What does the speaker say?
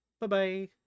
Bye-bye